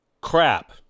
crap